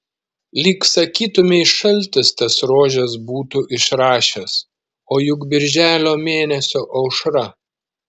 lyg sakytumei šaltis tas rožes būtų išrašęs o juk birželio mėnesio aušra